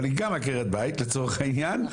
אבל היא גם עקרת בית לצורך העניין,